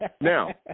Now